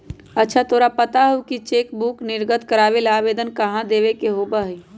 अच्छा तोरा पता हाउ नया चेकबुक निर्गत करावे ला आवेदन कहाँ देवे के होबा हई?